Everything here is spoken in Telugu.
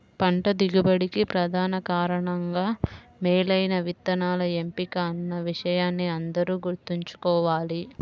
పంట దిగుబడికి ప్రధాన కారణంగా మేలైన విత్తనాల ఎంపిక అన్న విషయాన్ని అందరూ గుర్తుంచుకోవాలి